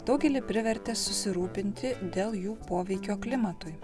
daugelį privertė susirūpinti dėl jų poveikio klimatui